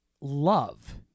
love